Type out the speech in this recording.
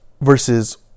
versus